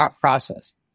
process